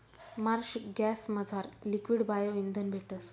Marsh गॅसमझार liquid bio इंधन भेटस